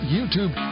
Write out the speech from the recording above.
YouTube